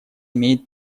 имеет